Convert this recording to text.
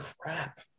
crap